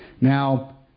Now